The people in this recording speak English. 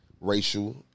racial